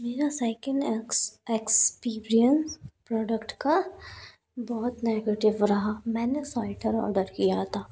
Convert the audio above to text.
मेरा second ex experience product का बहुत नेगेटिव रहा मैंने स्वैटर ऑडर किया था